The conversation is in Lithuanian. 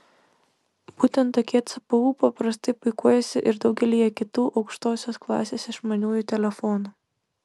būtent tokie cpu paprastai puikuojasi ir daugelyje kitų aukštosios klasės išmaniųjų telefonų